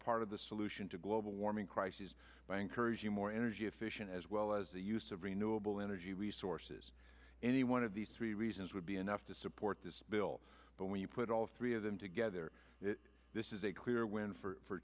part of the solution to global warming crises by encouraging more energy efficient as well as the use of renewable energy resources any one of these three reasons would be enough to support this bill but when you put all three of them together this is a clear win for